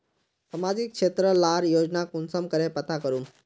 सामाजिक क्षेत्र लार योजना कुंसम करे पता करूम?